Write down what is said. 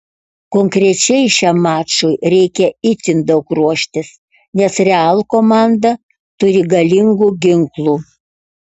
konkrečiai šiam mačui reikia itin daug ruoštis nes real komanda turi galingų ginklų